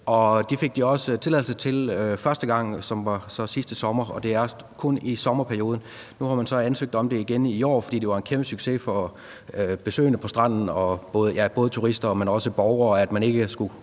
det fik de også tilladelse til første gang, som så var sidste sommer, og det er kun i sommerperioden. Nu har man så ansøgt om det igen i år, fordi det var en kæmpesucces for besøgende på stranden, både turister, men også borgere, at man ikke skulle